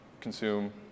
consume